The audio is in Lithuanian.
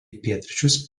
pietryčius